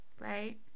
Right